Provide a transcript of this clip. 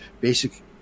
basic